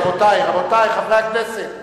רבותי חברי הכנסת,